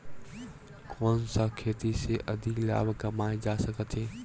कोन सा खेती से अधिक लाभ कमाय जा सकत हे?